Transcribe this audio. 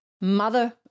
mother